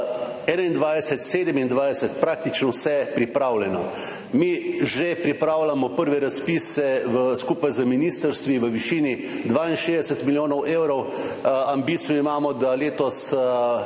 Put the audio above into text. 2021–2027 praktično vse pripravljeno. Mi že pripravljamo prve razpise skupaj z ministrstvi v višini 62 milijonov evrov. Ambicijo imamo, da letos